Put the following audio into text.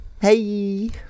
Hey